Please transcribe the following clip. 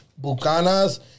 Bucanas